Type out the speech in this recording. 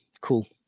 cool